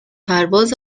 پرواز